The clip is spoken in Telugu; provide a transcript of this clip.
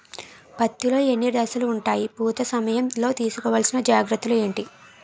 పత్తి లో ఎన్ని దశలు ఉంటాయి? పూత సమయం లో తీసుకోవల్సిన జాగ్రత్తలు ఏంటి?